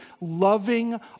loving